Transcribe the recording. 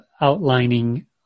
outlining